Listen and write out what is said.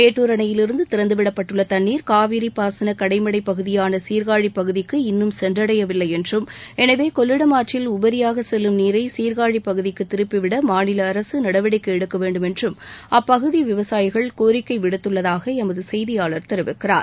மேட்டூர் அணையிலிருந்து திறந்துவிடப்பட்டுள்ள தண்னீர் காவிரி பாசனப் கடைமடைப் பகுதியான சீாகாழிப் பகுதிக்கு இன்னும் சென்றடையவில்லை என்றும் எனவே கொள்ளிடம் ஆற்றில் உபரியாக செல்லும் நீரை சீர்காழிப் பகுதிக்கு திருப்பிவிட மாநில அரசு நடவடிக்கை எடுக்க வேண்டுமென்றும் அப்பகுதி விவசாயிகள் கோரிக்கை விடுத்துள்ளதாக எமது செய்தியாளர் தெரிவிக்கிறார்